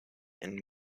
and